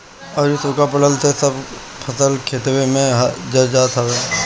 अउरी सुखा पड़ला से सब फसल खेतवे में जर जात हवे